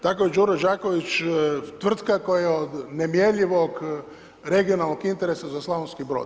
Tako je Đuro Đaković tvrtka koja je od nemjerljivog regionalnog interesa za Slavonski Brod.